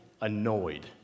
annoyed